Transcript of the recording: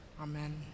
amen